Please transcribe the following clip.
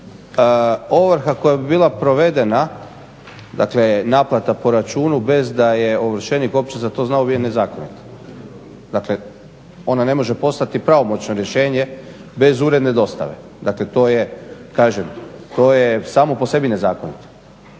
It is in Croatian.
ovrha koja bi bila provedena, dakle naplata po računu bez da je ovršenik uopće za to znao je nezakonita. Dakle ona ne može postati pravomoćno rješenje bez uredne dostave. Dakle to je, to je samo po sebi nezakonito.